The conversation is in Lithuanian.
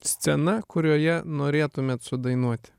scena kurioje norėtumėt sudainuoti